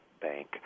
bank